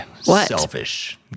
selfish